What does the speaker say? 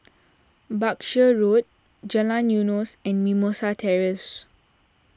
Berkshire Road Jalan Eunos and Mimosa Terrace